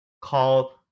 called